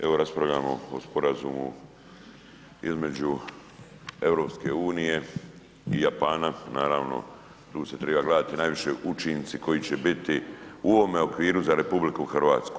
Evo raspravljamo o sporazumu između EU i Japana, naravno tu se treba gledati najviše učinci koji će biti u ovome okviru za RH.